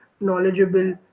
knowledgeable